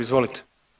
Izvolite.